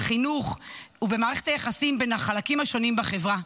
החינוך ובמערכת היחסים בין החלקים השונים בחברה.